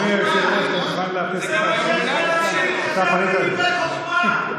חשבתי דברי חוכמה.